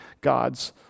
God's